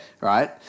Right